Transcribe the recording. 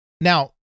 Now